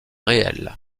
réels